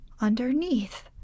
underneath